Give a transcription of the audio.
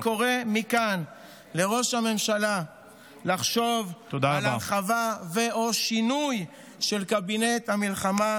אני קורא מכאן לראש הממשלה לחשוב על הרחבה ו/או שינוי של קבינט המלחמה,